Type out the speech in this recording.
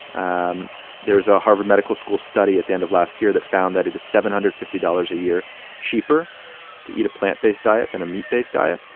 um there's a harvard medical school study at the end of last year that found that it is seven hundred and fifty dollars a year cheaper to eat a plant-based diet than a meat-based diet.